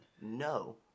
No